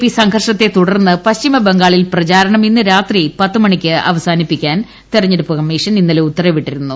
P സംഘർഷത്തെ തുടർന്ന് പശ്ചിമബംഗാളിൽ പ്രചാരണം ഇന്ന് രാത്രി പത്തിന് അവസാനിപ്പിക്കാൻ തിരഞ്ഞെടുപ്പ് കമ്മീഷൻ ഇന്നലെ ഉത്തരവിട്ടിരുന്നു